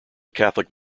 catholic